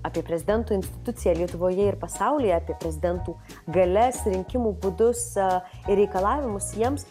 apie prezidento instituciją lietuvoje ir pasaulyje apie prezidentų galias rinkimų būdus ir reikalavimus jiems